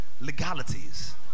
legalities